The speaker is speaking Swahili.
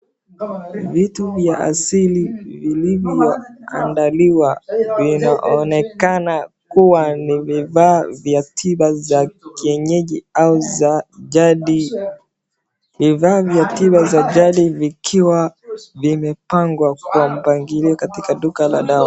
Vitu vya asili vilivyoandaliwa. Vinaonekana kuwa ni vifaa vya tiba za kienyeji au za jadi. Vifaa vya tiba vya jadi vikiwa vimepangwa kwa mpangilio katika duka la dawa.